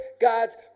God's